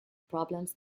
problems